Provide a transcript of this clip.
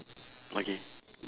okay